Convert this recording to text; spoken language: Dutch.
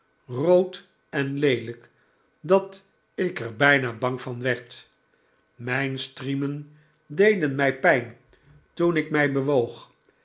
rood en leelijk dat ik er bijna bang van werd mijn striemen deden mij pijn toen ik mij bewoog